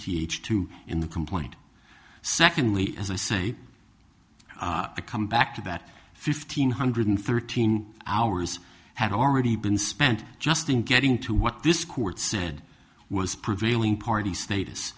t h to in the complaint secondly as i say the come back to that fifteen hundred thirteen hours had already been spent just in getting to what this court said was prevailing party status